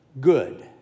good